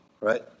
right